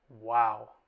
Wow